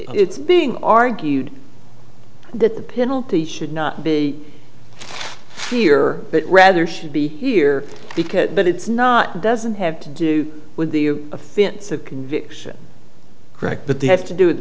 it's being argued that the penalty should not be here but rather should be here but it's not doesn't have to do with the offense of conviction correct but they have to do with